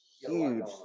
huge